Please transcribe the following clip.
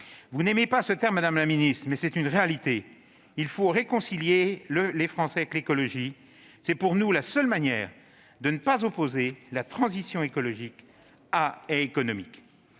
Vous n'aimez pas ce terme, madame la ministre, mais c'est une réalité qu'il désigne. Il faut réconcilier les Français avec l'écologie. C'est selon nous la seule manière de ne pas opposer transition écologique et économie